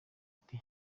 ati